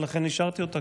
ולכן אישרתי אותה,